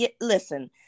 Listen